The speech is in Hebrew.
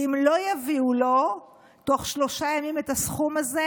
ואם לא יביאו לו תוך שלושה ימים את הסכום הזה,